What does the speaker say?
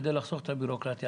כדי לחסוך את הבירוקרטיה,